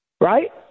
right